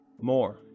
More